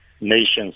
nations